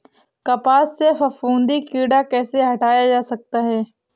कपास से फफूंदी कीड़ा कैसे हटाया जा सकता है?